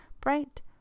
Bright